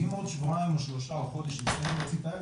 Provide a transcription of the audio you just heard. ואם עוד שבועיים-שלושה או חודש נצטרך להוציא את הילד,